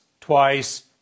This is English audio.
twice